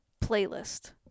playlist